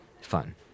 fun